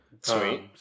Sweet